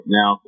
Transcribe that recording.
now